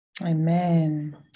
Amen